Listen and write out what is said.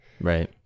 Right